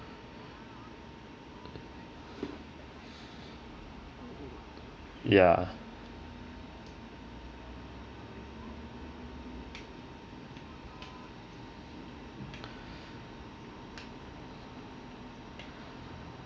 ya